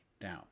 down